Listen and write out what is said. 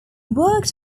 worked